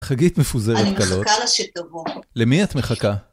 חגית מפוזרת קלות. אני מחכה לה שתבוא. למי את מחכה?